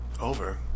Over